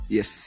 Yes